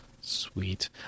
Sweet